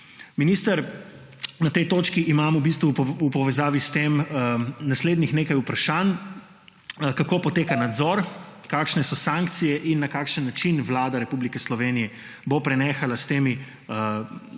Minister, na tej točki imam v bistvu v povezavi s tem naslednjih nekaj vprašanj: Kako poteka nadzor? Kakšne so sankcije? Na kakšen način bo Vlada Republike Slovenije prenehala s temi nesramnimi